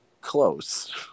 close